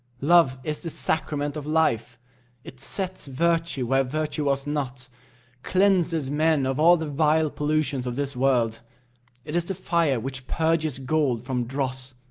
love is the sacrament of life it sets virtue where virtue was not cleanses men of all the vile pollutions of this world it is the fire which purges gold from dross,